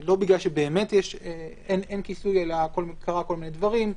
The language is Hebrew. לא בגלל שבאמת אין כיסוי אלא כי קרו כל מיני דברים,